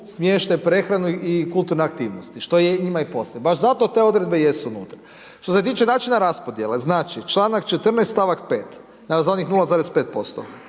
smještaj, prehranu i kulturne aktivnosti, što je njima i posao. Baš zato te odredbe jesu unutra. Što se tiče načina raspodjele, znači članak 14., stavak 5., evo za onih 0,5%,